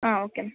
ಹಾಂ okay ma'am